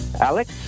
Alex